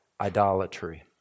idolatry